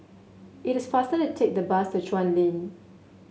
it is faster to take the bus to Chuan Lane